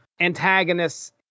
antagonists